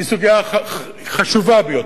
היא סוגיה חשובה ביותר,